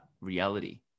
reality